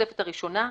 בתוספת הראשונה,